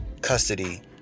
custody